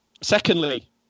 Secondly